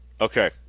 okay